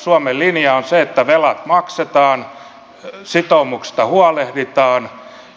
suomen linja on se että velat maksetaan sitoumuksista huolehditaan